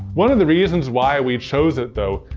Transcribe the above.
one of the reasons why we chose it, though,